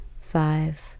five